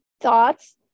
thoughts